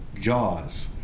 Jaws